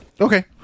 Okay